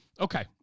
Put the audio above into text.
Okay